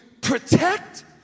protect